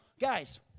Guys